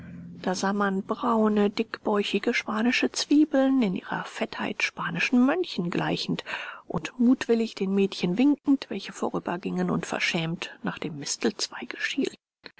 da sah man braune dickbäuchige spanische zwiebeln in ihrer fettheit spanischen mönchen gleichend und mutwillig den mädchen winkend welche vorübergingen und verschämt nach dem